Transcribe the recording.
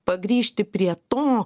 grįžti prie to